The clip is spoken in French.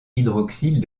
hydroxyle